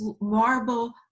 marble